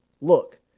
Look